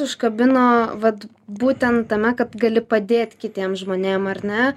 užkabino vat būtent tame kad gali padėt kitiem žmonėm ar ne